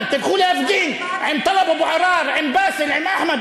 אתם עושים עלינו סיבוב, על הנושאים שלנו?